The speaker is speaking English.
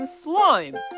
slime